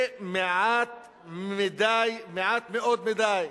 זה מעט מאוד, מדי,